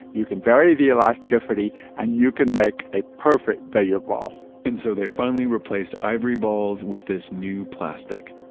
you can vary the elasticity and you can make a perfect billiard ball and so they finally replaced ivory balls with this new plastic,